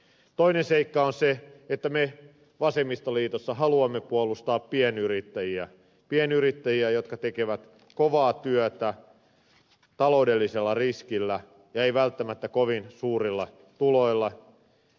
toinen seikka on se että me vasemmistoliitossa haluamme puolustaa pienyrittäjiä pienyrittäjiä jotka tekevät kovaa työtä taloudellisella riskillä eikä välttämättä kovin suurilla tuloilla